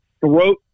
Throat